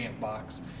box